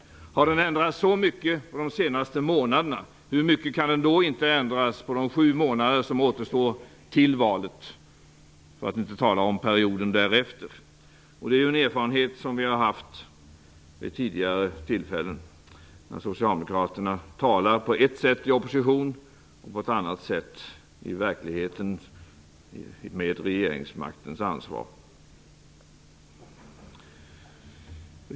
Har den ändrats så mycket under de senaste månaderna, hur mycket kan den då inte ändras på de sju månader som återstår till valet, för att inte tala om perioden därefter! Det är en erfarenhet som vi gjort vid tidigare tillfällen när Socialdemokraterna talat på ett sätt i opposition och på annat i verkligheten med regeringsmaktens ansvar.